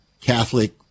Catholic